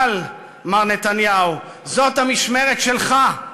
אבל, מר נתניהו, זאת המשמרת שלך.